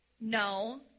no